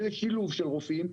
ולשילוב של רופאים,